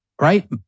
right